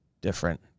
different